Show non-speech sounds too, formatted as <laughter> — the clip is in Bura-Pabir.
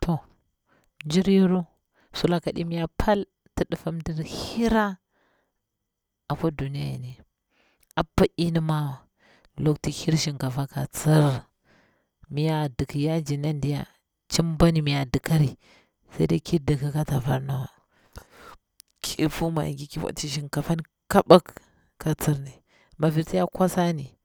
Toh mjir yoru sulaka aɗi mnya pal ti diffa mdi hira akwa duniya yini apa iyimi mawa lakuti iyi hir shin kafa ka tsir, mi yadik yajin nadiya cimba ni ni ya dikari, ki dikli ka tafar nawa <hesitation> ki vi maggi ki bwa ti shinakafan kibik ka tsirni, ma virti ya kwasa ni,